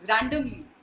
randomly